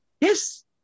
Yes